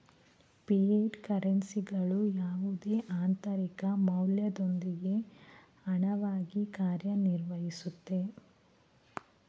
fiat ಕರೆನ್ಸಿಗಳು ಯಾವುದೇ ಆಂತರಿಕ ಮೌಲ್ಯದೊಂದಿಗೆ ಹಣವಾಗಿ ಕಾರ್ಯನಿರ್ವಹಿಸುತ್ತೆ